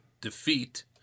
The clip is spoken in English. defeat